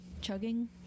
chugging